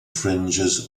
fringes